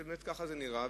באמת כך זה נראה,